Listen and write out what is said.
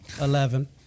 Eleven